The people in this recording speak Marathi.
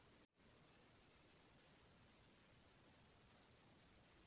मोबाईल फोन वर हवामानाचे अंदाज कसे पहावे?